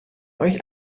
euch